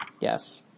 Yes